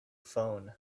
phone